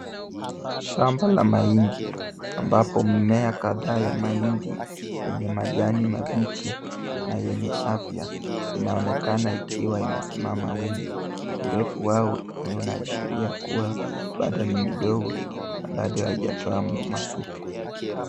Shamba la mahindi ambapo mmea kadhaa ya mahindi yenye majani mabichi na yenye afya, inaonekana ikiwa imesimama wima. Urefu wao unaashiria kuwa bado ni midogo na bado haijatoa masuke .